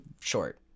short